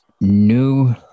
new